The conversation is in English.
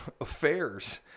affairs